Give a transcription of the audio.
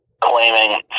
claiming